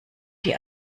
die